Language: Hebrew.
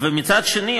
מצד שני,